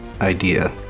idea